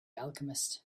alchemist